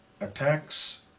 Attacks